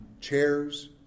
chairs